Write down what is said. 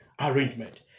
arrangement